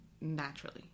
naturally